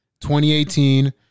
2018